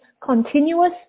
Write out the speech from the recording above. continuous